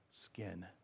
skin